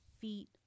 feet